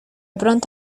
pronto